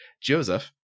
Joseph